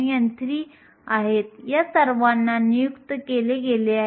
gallium arsenide आणखी जास्त आहे